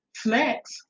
Snacks